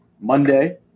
Monday